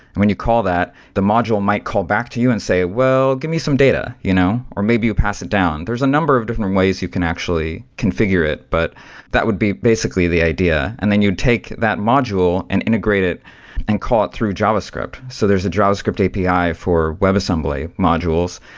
when you call that, the module might call back to you and say, well, give me some data, you know or maybe pass it down. there's a number of different ways you can actually configure it, but that would be basically the idea. and then you'd take that module and integrate it and call it through javascript. so there's a javascript api for webassembly modules,